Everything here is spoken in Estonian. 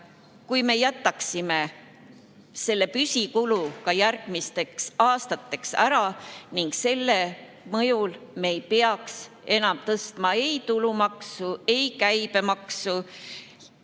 kui me jätaksime selle püsikulu ka järgmisteks aastateks ära, siis selle mõjul me ei peaks enam tõstma ei tulumaksu, ei [üldist]